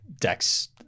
decks